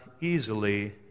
easily